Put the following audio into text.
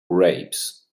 grapes